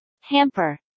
Hamper